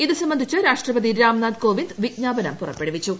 ഇതു സംബന്ധിച്ച് രാഷ്ട്രപതി രാംനാഥ് കോവിന്ദ് വിജ്ഞാപനം പുറപ്പെടുവിച്ചു